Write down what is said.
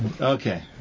Okay